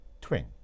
twin